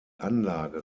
anlage